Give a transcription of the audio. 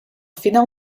final